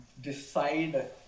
decide